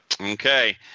Okay